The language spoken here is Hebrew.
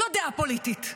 לא דעה פוליטית.